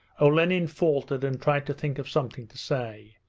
olenin faltered, and tried to think of something to say,